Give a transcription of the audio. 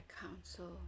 Council